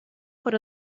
por